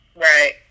Right